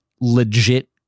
legit